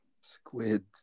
Squid